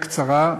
הקצרה,